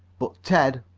but ted,